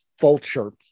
vulture